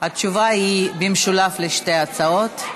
התשובה היא במשולב על שתי ההצעות.